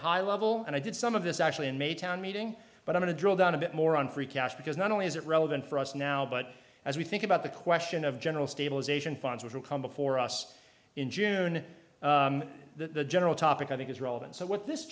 high level and i did some of this actually in may town meeting but i want to drill down a bit more on free cash because not only is it relevant for us now but as we think about the question of general stabilization funds which will come before us in june the general topic i think is relevant so what this